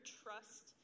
trust